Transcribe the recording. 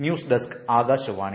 news desk Akashvani